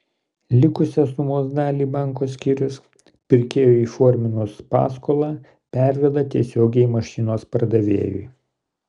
likusią sumos dalį banko skyrius pirkėjui įforminus paskolą perveda tiesiogiai mašinos pardavėjui